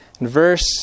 verse